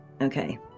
Okay